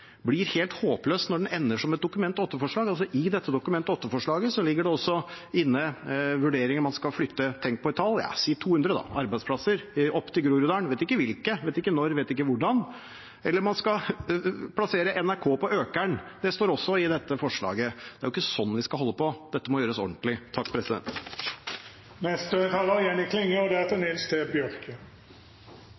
blir helt håpløs når den ender som et Dokument 8-forslag. I dette Dokument 8-forslaget ligger det inne vurderinger om man skal flytte – tenk på et tall – 200 arbeidsplasser opp til Groruddalen. Man vet ikke hvilke, man vet ikke når, man vet ikke hvordan. Det står også i dette forslaget at man skal plassere NRK på Økern. Det er ikke sånn vi skal holde på. Dette må gjøres ordentlig.